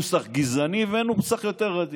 נוסח גזעני ונוסח יותר עדין,